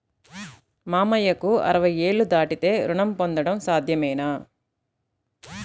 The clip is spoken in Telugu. మామయ్యకు అరవై ఏళ్లు దాటితే రుణం పొందడం సాధ్యమేనా?